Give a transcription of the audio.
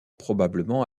probablement